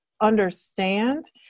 understand